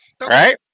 Right